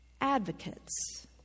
Advocates